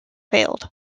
failed